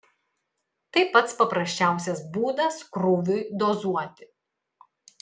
tai pats paprasčiausias būdas krūviui dozuoti